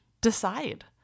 Decide